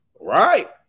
Right